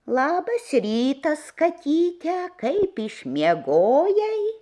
labas rytas katyte kaip išmiegojai